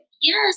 Yes